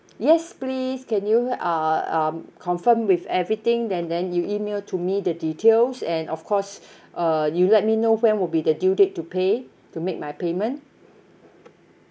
yes please can you uh um confirm with everything and then you email to me the details and of course uh you let me know when will be the due date to pay to make my payment